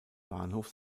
bahnhof